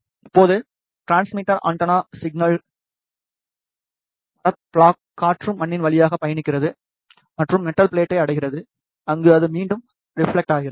இப்போது transmitter antenna signal மரத் block காற்று மண்ணின் வழியாகப் பயணிக்கிறது மற்றும் மெட்டல் பிளேட்டை அடைகிறது அங்கு அது மீண்டும் ரெப்லெக்டாகிறது